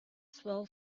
swell